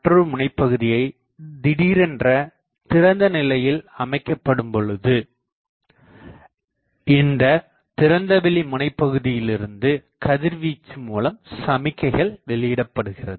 மற்றொரு முனையைபகுதியை திடீரென்ற திறந்த நிலையில் அமைக்கப்படும்பொழுது இந்தத் திறந்தவெளி முனைப்பகுதியிலிருந்து கதிர்வீச்சு மூலம் சமிக்கைகள் வெளியிடப்படுகிறது